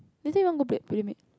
you didn't even go back playmate